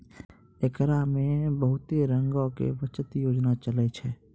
एकरा मे बहुते रंगो के बचत योजना चलै छै